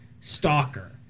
Stalker